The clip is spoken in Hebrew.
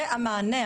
זה המענה,